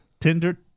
Tinder